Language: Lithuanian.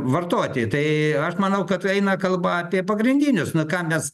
vartoti tai aš manau kad eina kalba apie pagrindinius na ką mes